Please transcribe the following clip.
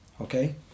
Okay